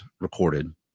recorded